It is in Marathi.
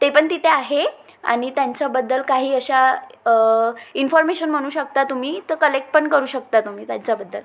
ते पण तिथे आहे आणि त्यांच्याबद्दल काही अशा इन्फॉर्मेशन म्हणू शकता तुम्ही त कलेक्ट पण करू शकता तुम्ही त्यांच्याबद्दल